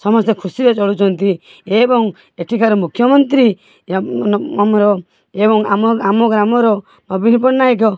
ସମସ୍ତେ ଖୁସିରେ ଚଳୁଛନ୍ତି ଏବଂ ଏଠିକାର ମୁଖ୍ୟମନ୍ତ୍ରୀ ଆମର ଏବଂ ଆମ ଆମ ଗ୍ରାମର ନବୀନ ପଟ୍ଟନାୟକ